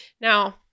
Now